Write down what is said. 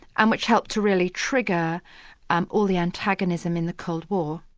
and which helped to really trigger and all the antagonism in the cold war.